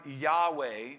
Yahweh